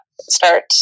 start